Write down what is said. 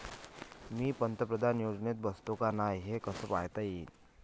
मी पंतप्रधान योजनेत बसतो का नाय, हे कस पायता येईन?